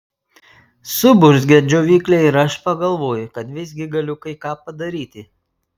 suburzgia džiovyklė ir aš pagalvoju kad visgi galiu kai ką padaryti